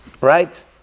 Right